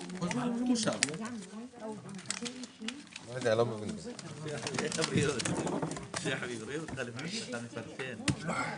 11:36.